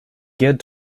geared